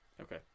okay